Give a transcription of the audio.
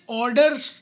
orders